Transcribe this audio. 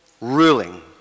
ruling